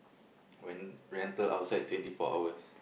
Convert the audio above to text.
when rental outside twenty four hours